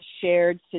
shared